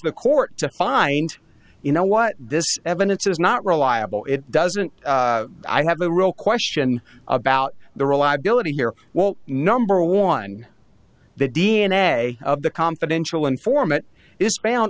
the court to find you know what this evidence is not reliable it doesn't i have a real question about the reliability here well number one the d n a of the confidential informant is found